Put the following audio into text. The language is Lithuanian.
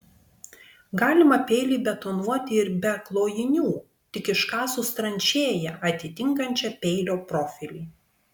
galima peilį betonuoti ir be klojinių tik iškasus tranšėją atitinkančią peilio profilį